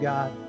God